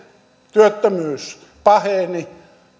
työttömyys paheni